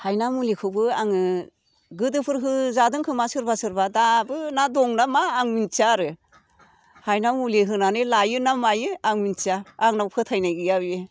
हायना मुलिखौबो आङो गोदोफोर होजादोंखोमा सोरबा सोरबा दाबो ना दंना मा आं मिन्थिया आरो हायना मुलि होनानै लायो ना मायो आं मिन्थिया आंनाव फोथायनाय गैया बेयो